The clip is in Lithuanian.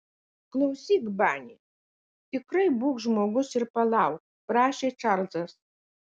klausyk bani tikrai būk žmogus ir palauk prašė čarlzas